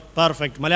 perfect